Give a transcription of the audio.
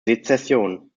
sezession